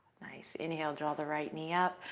nice. inhale. draw the right knee up.